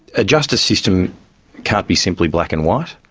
a justice system can't be simply black and white,